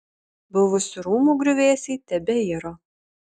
buvusių rūmų griuvėsiai tebeiro